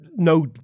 no